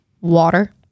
water